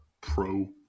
pro